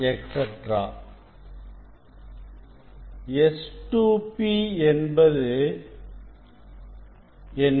S2P என்பது என்ன